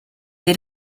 elle